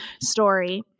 story